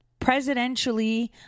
presidentially